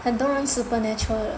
很多人 supernatural